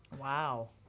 Wow